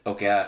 Okay